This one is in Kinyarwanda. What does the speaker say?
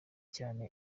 cyane